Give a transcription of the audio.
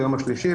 ביום השלישי,